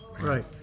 right